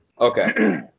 Okay